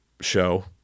show